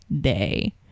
day